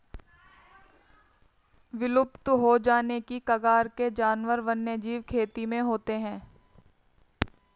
विलुप्त हो जाने की कगार के जानवर वन्यजीव खेती में होते हैं